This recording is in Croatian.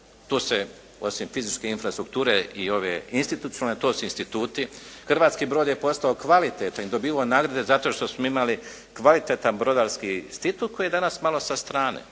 Tu se osim fizičke infrastrukture i ove institucionalne to su instituti. Hrvatski brod je postao kvalitetan i dobivao nagrade zato što smo imali kvalitetan brodarski institut koji je danas malo sa strane.